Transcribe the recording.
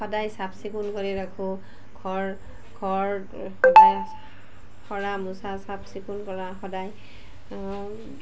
সদায় চাফ চিকুণ কৰি ৰাখোঁ ঘৰ ঘৰ সাৰা মচা চাফ চিকুণ কৰা সদায়